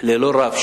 ללא רב,